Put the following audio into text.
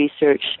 research